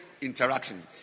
interactions